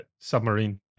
Submarine